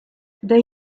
they